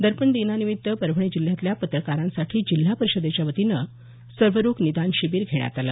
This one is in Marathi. दर्पण दिनानिमीत्त परभणी जिल्ह्यातल्या पत्रकारांसाठी जिल्हा परिषदेच्या वतीनं सर्वरोग निदान शिबीर घेण्यात आलं